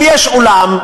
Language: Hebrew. אם יש אולם,